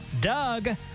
doug